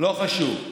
אופיר, תביאו שר.